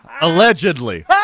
Allegedly